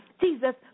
Jesus